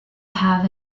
have